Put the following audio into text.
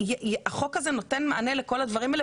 החוק הזה נותן מענה לכל הדברים האלה,